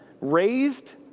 raised